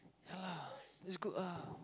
ya lah it's good ah